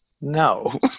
No